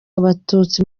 abatutsi